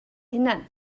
hunan